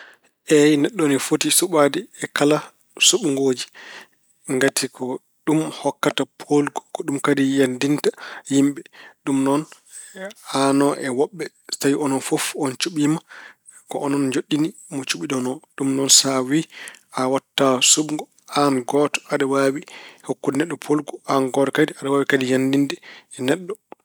Eey, neɗɗo ina foti suɓaade kala suɓngooji. Ngati ko ɗum hokkata poolgu. Ko ɗum kadi yanndinta yimɓe. Ɗum noon, aano e woɓɓe, tawa onon fof on cuɓiima, ko onon njooɗni mo cuɓɓiɗon oo. Ɗum noon so a wiyi a waɗata suɓngo, aan gooto aɗa waawi hokkude neɗɗo poolgu, aan gooto kadi, aɗa waawi yanndinde neɗɗo.